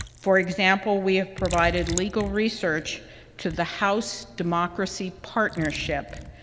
for example, we have provided legal research to the house democracy partnership,